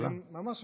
ברחוב,